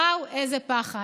וואו, איזה פחד.